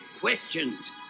questions